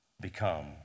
become